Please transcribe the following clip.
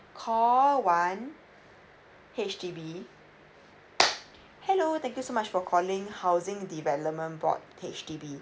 call one H_D_B hello thank you so much for calling housing development board H_D_B